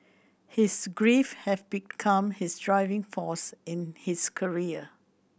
his grief have become his driving force in his career